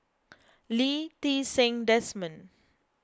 Lee Ti Seng Desmond